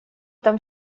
там